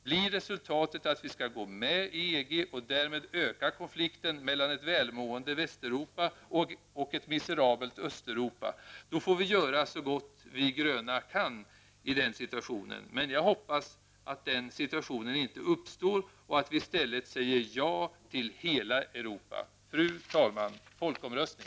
Blir resultatet att vi skall gå med i EG och därmed öka konflikten mellan ett välmående Västeuropa och ett miserabelt Östeuropa, då får vi gröna göra så gott vi kan i den situationen. Men jag hoppas att den situationen inte uppstår, och att vi i stället säger ja till hela Europa. Fru talman! Folkomröstning.